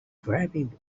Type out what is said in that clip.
grabbing